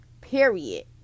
Period